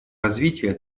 развития